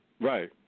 right